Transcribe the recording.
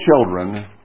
children